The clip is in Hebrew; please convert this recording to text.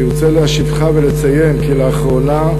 הריני להשיבך ולציין כי לאחרונה,